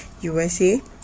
USA